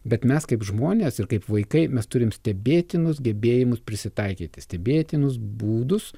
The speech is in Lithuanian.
bet mes kaip žmonės ir kaip vaikai mes turim stebėtinus gebėjimus prisitaikyti stebėtinus būdus